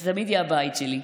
זה תמיד יהיה הבית שלי.